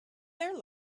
there